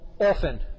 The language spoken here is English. often